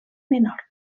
menorca